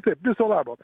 taip viso labo